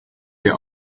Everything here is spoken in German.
der